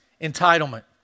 entitlement